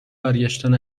برگشتن